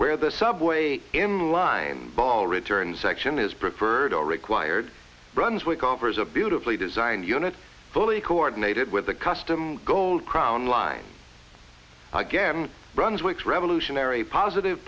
where the subway in line ball returns section is preferred or required brunswick offers a beautifully designed unit fully coordinated with a custom gold crown line again brunswick's revolutionary positive